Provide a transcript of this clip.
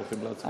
הולכים להצבעה?